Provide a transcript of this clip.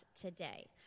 today